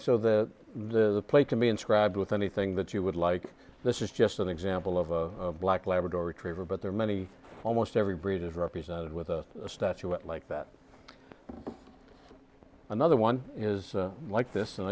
so that the play can be inscribed with anything that you would like this is just an example of a black labrador retriever but there are many almost every breed is represented with a statuette like that another one is like this and